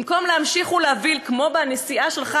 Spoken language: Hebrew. במקום להמשיך ולהוביל כמו בנסיעה שלך,